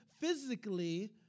physically